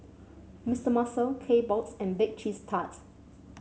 Mister Muscle Kbox and Bake Cheese Tart